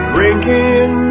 Drinking